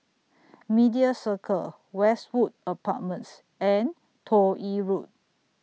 Media Circle Westwood Apartments and Toh Yi Road